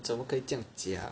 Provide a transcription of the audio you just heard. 你怎么可以这样讲